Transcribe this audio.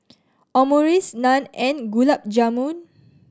Omurice Naan and Gulab Jamun